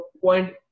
point